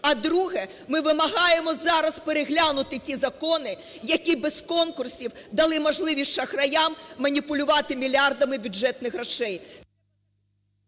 А друге, ми вимагаємо зараз переглянути ті закони, які без конкурсів дали можливість шахраям маніпулювати мільярдами бюджетних грошей...